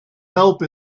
help